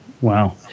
Wow